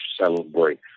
celebrate